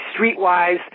streetwise